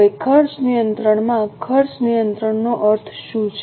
હવે ખર્ચ નિયંત્રણમાં ખર્ચ નિયંત્રણનો અર્થ શું છે